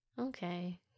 Okay